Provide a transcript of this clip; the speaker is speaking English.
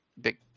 big